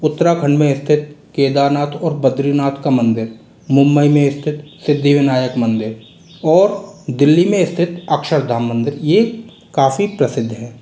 उत्तराखंड में स्थित केदारनाथ और बद्रीनाथ का मंदिर मुंबई में स्थित सिद्धिविनायक मंदिर और दिल्ली में स्थित अक्षरधाम मंदिर ये काफ़ी प्रसिद्ध हैं